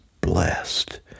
blessed